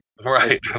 Right